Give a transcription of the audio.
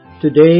Today